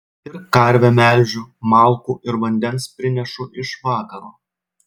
ir karvę melžiu malkų ir vandens prinešu iš vakaro